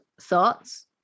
thoughts